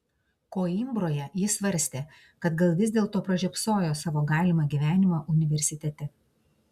koimbroje jis svarstė kad gal vis dėlto pražiopsojo savo galimą gyvenimą universitete